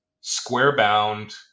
square-bound